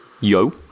yo